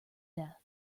death